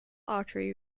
artery